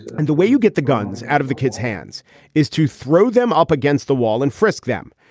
and the way you get the guns out of the kid's hands is to throw them up against the wall and frisk them.